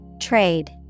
Trade